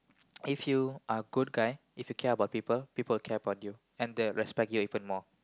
if you are good guy if you care about people people care about you and they'll respect you even more